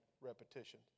repetition